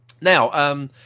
Now